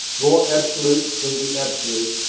more absolute than the absolute,